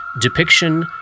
depiction